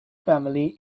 family